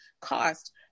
cost